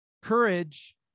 Courage